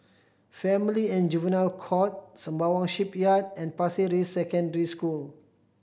Family and Juvenile Court Sembawang Shipyard and Pasir Ris Secondary School